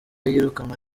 y’iyirukanwa